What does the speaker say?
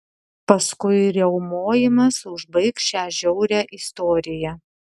paskui riaumojimas užbaigs šią žiaurią istoriją